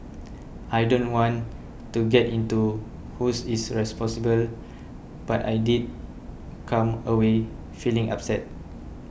I don't want to get into who is responsible but I did come away feeling upset